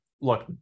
look